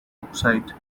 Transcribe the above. oxide